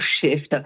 shift